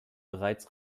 bereits